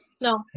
No